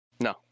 No